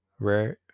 right